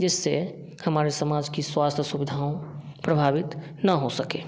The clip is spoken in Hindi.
जिससे हमारे समाज की स्वास्थ्य सुविधाओं प्रभावित न हो सकें